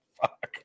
Fuck